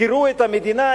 תראו את המדינה,